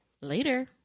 Later